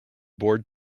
bored